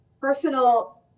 personal